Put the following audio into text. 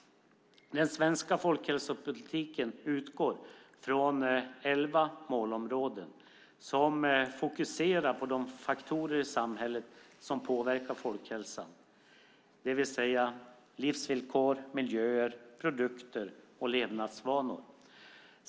Den svenska folkhälsopolitiken utgår från elva målområden som fokuserar på de faktorer i samhället som påverkar folkhälsan, det vill säga livsvillkor, miljöer, produkter och levnadsvanor.